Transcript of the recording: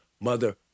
mother